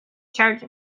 charge